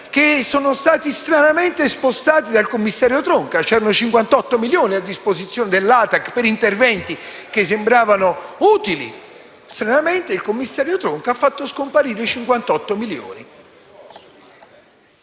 che sono stati stranamente spostati dal commissario Tronca; c'erano 58 milioni a disposizione dell'ATAC per interventi che sembravano utili e stranamente il commissario Tronca li ha fatti sparire. Si